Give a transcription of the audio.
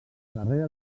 darrere